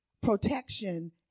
protection